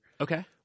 okay